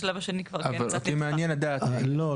השלב השני כבר יהיה --- אבל אותי מעניין לדעת --- לא,